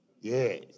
Yes